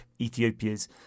Ethiopia's